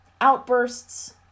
outbursts